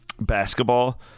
basketball